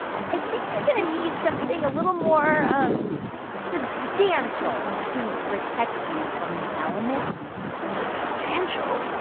i think you're going to need something a little more um substantial to protect you from the elements substantial?